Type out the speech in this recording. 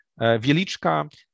Wieliczka